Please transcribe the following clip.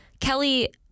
Kelly